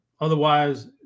otherwise